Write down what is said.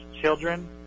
children